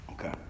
Okay